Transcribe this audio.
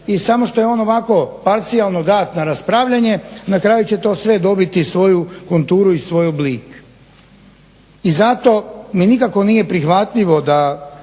i samo što je on ovako parcijalno dat na raspravljanje. Na kraju će to sve dobiti svoju konturu i svoj oblik. I zato mi nikako nije prihvatljivo da